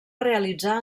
realitzar